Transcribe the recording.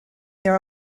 their